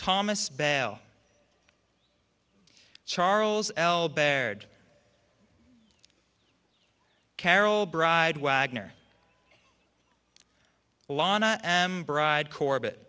thomas bal charles l baird carol bride wagner lawn i am bride corbett